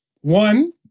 One